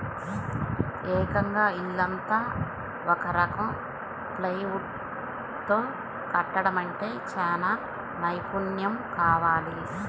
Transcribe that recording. ఏకంగా ఇల్లంతా ఒక రకం ప్లైవుడ్ తో కట్టడమంటే చానా నైపున్నెం కావాలి